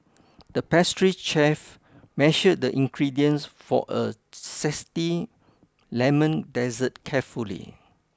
the pastry chef measured the ingredients for a zesty lemon dessert carefully